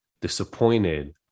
disappointed